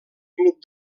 club